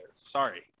Sorry